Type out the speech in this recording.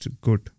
good